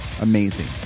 amazing